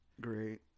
Great